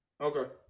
okay